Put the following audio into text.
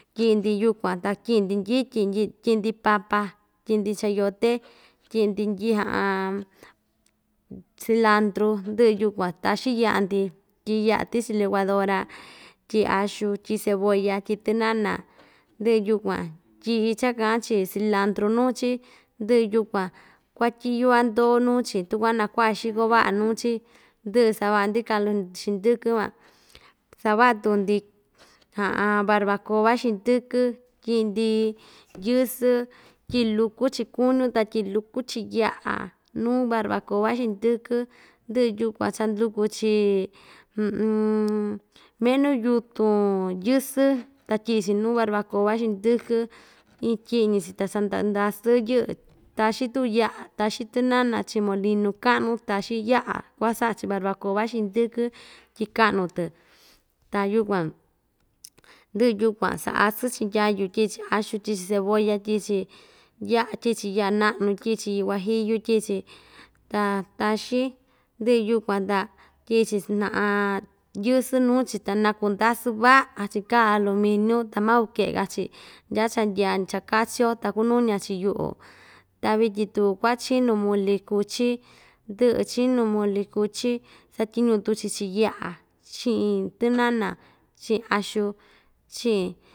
Tyiꞌi‑ndi yukuan ta tyiꞌi‑ndi ndyityi tyiꞌi‑ndi papa tyiꞌi‑ndi chayote tyiꞌi‑ndi ndyi cilantru ndɨꞌɨ yukuan taxin yaꞌa‑ndi tyiꞌi yaꞌa tichi licuadora tyiꞌi axu tyiꞌi cebolla tyiꞌi tɨnana ndɨꞌɨ yukuan tyiꞌi cha kaꞌan‑chi cilantru nuu‑chi ndɨꞌɨ yukuan kuatyiꞌi yuvandoo nuu‑chi tu kuaꞌa nakuaꞌa xiko vaꞌa nuu‑chi ndɨꞌɨ savaꞌa‑ndi kalu nd xindɨkɨ van savaꞌa tuku‑ndi barbacoba xindɨkɨ tyiꞌi‑ndi yɨsɨ tyiꞌi luku‑chi kuñu ta tyiꞌi luku‑chi yaꞌa nuu barbaba xindɨkɨ ndɨꞌɨ yukuan cha nduku‑chi menuu yutun yɨsɨ ta tyiꞌi‑chi nuu barbacoba xindɨkɨ iin tyiꞌiñi‑chi ta sanda ndasɨ yɨꞌɨ taxin tuku yaꞌa taxin tɨnana chiꞌin molinu kaꞌnu taxin yaꞌa kuaꞌa saꞌa‑chi barbacoba xindɨkɨ tyi kaꞌnu‑tɨ ta yukuan ndɨꞌɨ yukuan saꞌa asɨn‑chi ndyayu tyiꞌi‑chi axu tyiꞌi‑chi cebolla tyiꞌi‑chi yaꞌa tyiꞌi‑chi yaꞌa naꞌnu tyiꞌi‑chi yuguajillo tyiꞌi‑chi ta taxin ndɨꞌɨ yukuan ta tyiꞌi‑chi yɨsɨ nuu‑chi ta nakundasɨ vaꞌa‑chi kaa aluminio ta maa kukeꞌeka‑chi ndya cha ndyaa cha kachio ta kunu‑ña‑chi yuꞌu ta vityin tuku kuaꞌa chinu muli kuchi ndɨꞌɨ chinu muli kuchi satyiñu tuchi chiꞌin yaꞌa chiꞌin tɨnana chiꞌin axu chiꞌin.